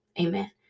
Amen